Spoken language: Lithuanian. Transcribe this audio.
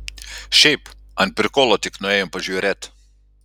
šiaip ant prikolo tik nuėjom pažiūrėt